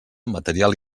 material